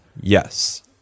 Yes